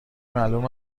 معلوم